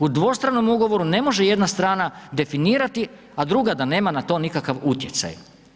U dvostranom ugovoru ne može jedna strana definirati a druga da nema na to nikakav utjecaj.